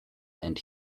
and